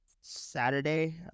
saturday